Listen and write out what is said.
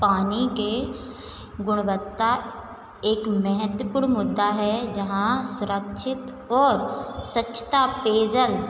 पानी की गुणवत्ता एक महत्वपूर्ण मुद्दा है जहाँ सुरक्षित और स्वच्छता पेयजल